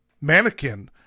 mannequin